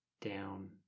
down